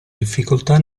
difficoltà